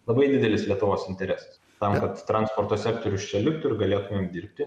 labai didelis lietuvos interesas tam kad transporto sektorius čia liktų ir galėtumėm dirbti